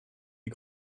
ihr